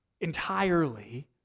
entirely